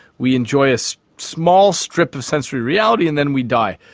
we enjoy a so small strip of sensory reality and then we die.